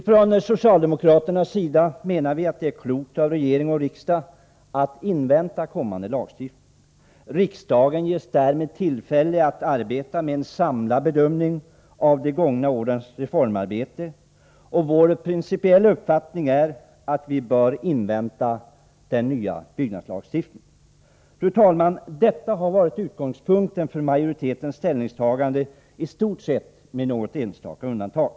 Från socialdemokraternas sida menar vi att det är klokt av regering och riksdag att invänta kommande lagstiftning. Riksdagen ges därmed tillfälle att arbeta med en samlad bedömning av de gångna årens reformarbete, och vår principiella uppfattning är alltså att vi bör invänta den nya byggnadslagstiftningen. Fru talman! Detta har varit utgångspunkten för majoritetens ställningstagande i stort sett med något enstaka undantag.